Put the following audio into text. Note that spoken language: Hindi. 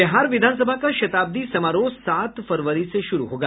बिहार विधानसभा का शताब्दी समारोह सात फरवरी से शुरू होगा